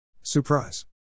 Surprise